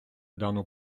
дану